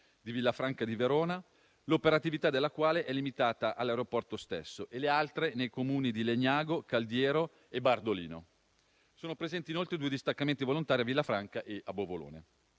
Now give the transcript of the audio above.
di Villafranca di Verona, l'operatività della quale è limitata all'aeroporto stesso, e le altre nei Comuni di Legnago, Caldiero e Bardolino. Sono presenti inoltre due distaccamenti volontari a Villafranca e a Bovolone.